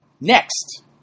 Next